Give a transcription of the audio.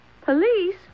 Police